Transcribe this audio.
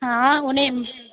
हां उ'नें